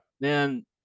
man